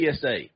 PSA